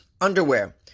underwear